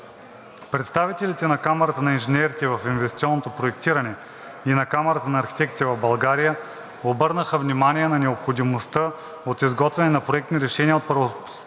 Представителите на Камарата на инженерите в инвестиционното проектиране и на Камарата на архитектите в България обърнаха внимание на необходимостта от изготвяне на проектни решения от правоспособни